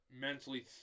mentally